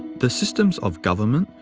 the systems of government,